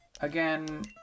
Again